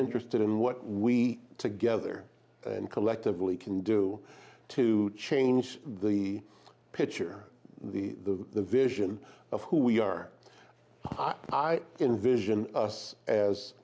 interested in what we together and collectively can do to change the pitcher the the the vision of who we are i envision us as